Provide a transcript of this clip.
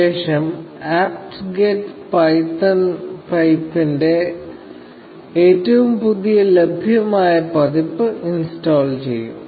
ശേഷം apt get python പൈപ്പിന്റെ ഏറ്റവും പുതിയ ലഭ്യമായ പതിപ്പ് ഇൻസ്റ്റാൾ ചെയ്യും